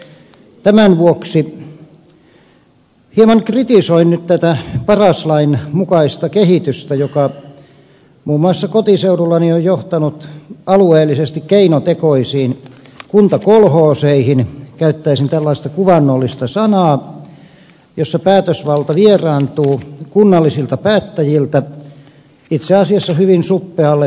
tämän vuoksi hieman kritisoin nyt tätä paras lain mukaista kehitystä joka muun muassa kotiseudullani on johtanut alueellisesti keinotekoisiin kuntakolhooseihin käyttäisin tällaista kuvainnollista sanaa jossa päätösvalta vieraantuu kunnallisilta päättäjiltä itse asiassa hyvin suppealle virkamiesjoukolle